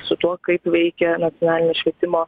su tuo kaip veikia nacionalinė švietimo